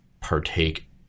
partake